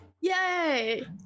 Yay